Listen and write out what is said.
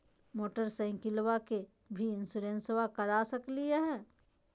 मोटरसाइकिलबा के भी इंसोरेंसबा करा सकलीय है?